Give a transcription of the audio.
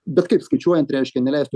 bet kaip skaičiuojant reiškia neleistų